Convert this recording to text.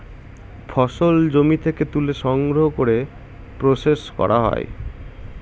ফসল জমি থেকে তুলে সংগ্রহ করে প্রসেস করা হয়